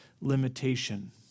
limitation